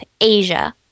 Asia